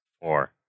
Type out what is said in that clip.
Four